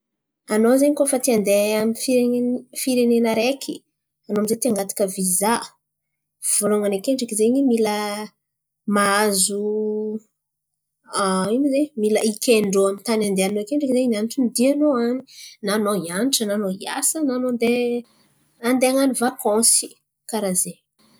Anao zen̈y koa fa te handeha Amy firen̈ana firenena araiky, anao aminjay ty hangataka vizà, voalohany akendriky zen̈y mila mahazo. Ino ma izy in̈y? Mila ikendrô amy tany andihanan̈a akendriky zen̈y ny antony dianao an̈y; na anao hianatra na anao hiasa na anao handeha handeha han̈ano vakansy. Karà zen̈y.